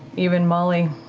even molly.